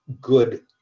good